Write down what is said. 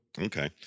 Okay